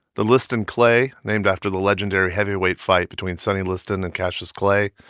the liston clay, named after the legendary heavyweight fight between sonny liston and cassius clay,